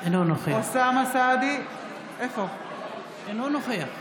בעד מנסור עבאס, נגד איימן עודה,